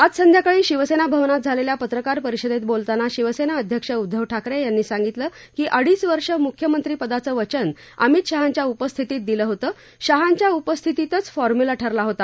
आज सायंकाळी शिवसेना भवनात झालेल्या पत्रकार परिषदेत बोलताना शिवसेना अध्यक्ष उद्दव ठाकरे यांनी सांगितलं की अडीच वर्ष मुख्यमंत्रीपदाचं वचन अमित शहाच्या उपस्थितीत दिलं होतं शहांच्या उपस्थितीत फार्म्युला ठरला होता